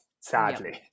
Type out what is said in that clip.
sadly